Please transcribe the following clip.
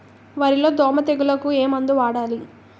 వరిలో దోమ తెగులుకు ఏమందు వాడాలి?